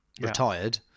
retired